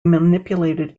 manipulated